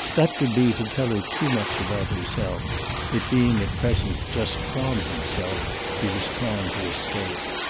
that would be to tell her too much about himself it being at present just from himself he was trying to escape.